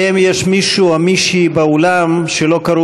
האם יש מישהו או מישהי באולם שלא קראו